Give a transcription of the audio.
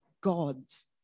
God's